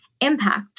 impact